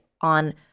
on